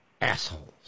assholes